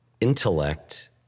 intellect